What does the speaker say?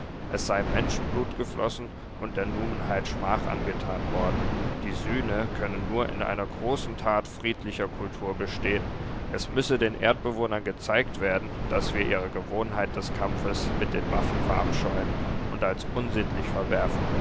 es sei menschenblut geflossen und der numenheit schmach angetan worden die sühne könne nur in einer großen tat friedlicher kultur bestehen es müsse den erdbewohnern gezeigt werden daß wir ihre gewohnheit des kampfes mit den waffen verabscheuen und als unsittlich verwerfen